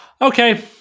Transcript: Okay